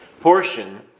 portion